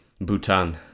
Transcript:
Bhutan